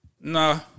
Nah